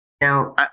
Now